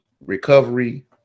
recovery